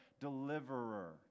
Deliverer